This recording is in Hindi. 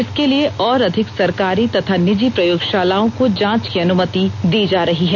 इसके लिए और अधिक सरकारी तथा निजी प्रयोगशालाओं को जांच की अनुमति दी जा रही है